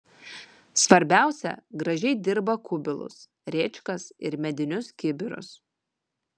svarbiausia gražiai dirba kubilus rėčkas ir medinius kibirus